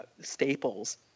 staples